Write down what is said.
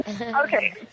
Okay